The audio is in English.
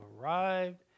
arrived